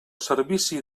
servici